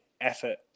effort